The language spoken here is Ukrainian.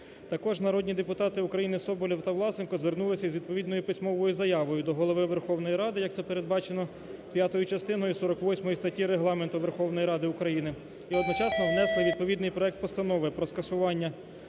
Також народні депутати України Соболєв та Власенко звернулися з відповідною письмовою заявою до Голови Верховної Ради, як це передбачено п'ятою частиною 48 статті Регламенту Верховної Ради України, і одночасно внести відповідний проект постанови про скасування